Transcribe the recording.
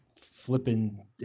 flipping